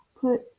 put